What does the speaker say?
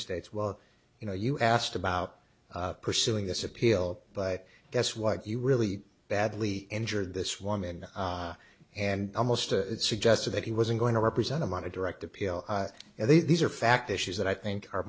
states well you know you asked about pursuing this appeal but guess what you really badly injured this woman and almost a suggested that he wasn't going to represent him on a direct appeal and these are fact issues that i think are